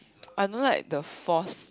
I don't like the force